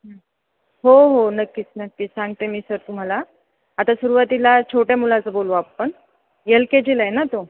हो हो नक्कीच नक्कीच सांगते मी सर तुम्हाला आता सुरवातीला छोट्या मुलाचं बोलू आपण यल के जीला आहे ना तो